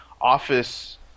Office